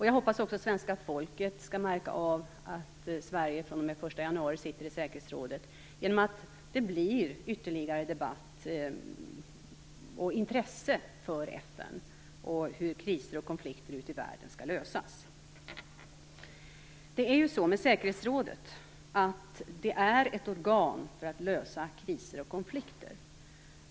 Jag hoppas också att svenska folket skall märka att Sverige fr.o.m. den 1 januari sitter i säkerhetsrådet genom att det blir ytterligare debatt och intresse för FN och för hur kriser och konflikter ute i världen skall lösas. Säkerhetsrådet är ett organ för att lösa kriser och konflikter.